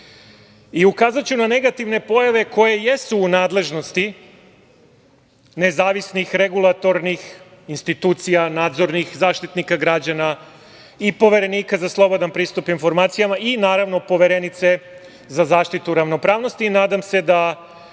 svih. Ukazaću na negativne pojave koje jesu u nadležnosti nezavisnih regulatornih institucija nadzornih Zaštitnika građana i Poverenika za slobodan pristup informacijama i naravno Poverenice za zaštitu ravnopravnosti i nadam se da